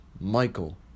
Michael